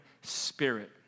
spirit